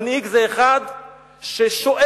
מנהיג זה אחד ששואף